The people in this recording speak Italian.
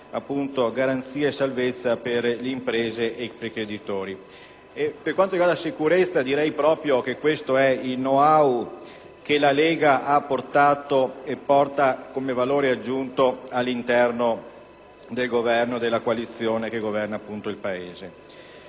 Per quanto riguarda la sicurezza, direi proprio che questo è il *know-how* che la Lega ha portato e porta come valore aggiunto all'interno del Governo e della coalizione che governa, il Paese.